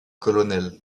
colonel